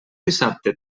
dissabte